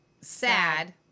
sad